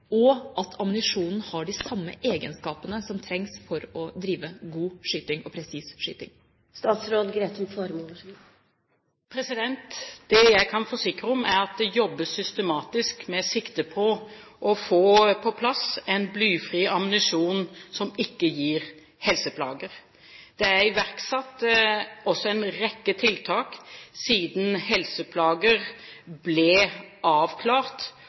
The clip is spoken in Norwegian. og at ammunisjonen har de samme egenskapene som trengs for å drive god og presis skyting? Det jeg kan forsikre om, er at det jobbes systematisk med sikte på å få på plass en blyfri ammunisjon som ikke gir helseplager. Det er også iverksatt en rekke tiltak siden helseplager ble avklart.